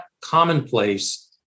commonplace